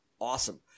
Awesome